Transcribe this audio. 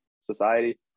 society